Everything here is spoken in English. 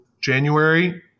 January